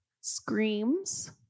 screams